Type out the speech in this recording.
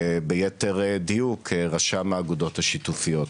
וביתר דיוק רשם האגודות השיתופיות.